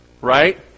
Right